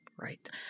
Right